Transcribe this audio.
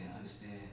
Understand